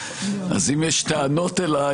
אז אם יש טענות אליי,